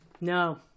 No